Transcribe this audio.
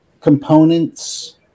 components